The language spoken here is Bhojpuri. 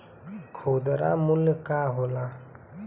खुदरा मूल्य का होला?